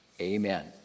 Amen